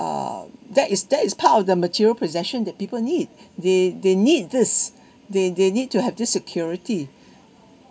um that is that is part of the material possession that people need they they need this they they need to have this security